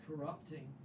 corrupting